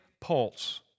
pulse